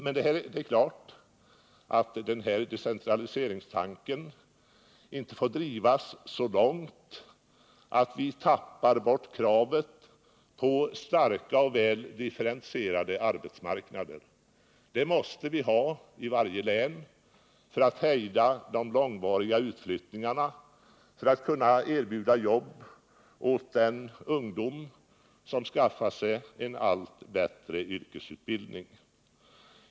Men det är klart att den här decentraliseringstanken inte får drivas så långt att vi tappar bort kravet på starka och väl differentierade arbetsmarknader. Det måste vi ha i varje län för att hejda de långväga utflyttningarna och för att kunna erbjuda jobb åt den ungdom som skaffar sig en allt bättre yrkesutbildning.